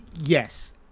Yes